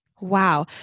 Wow